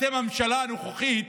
אתם, הממשלה הנוכחית,